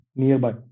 nearby